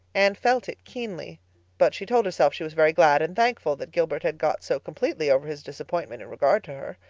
anne felt it keenly but she told herself she was very glad and thankful that gilbert had got so completely over his disappointment in regard to her.